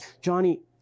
Johnny